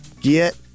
get